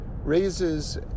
raises